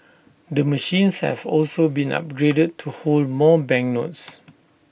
the machines have also been upgraded to hold more banknotes